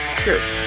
Cheers